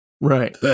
Right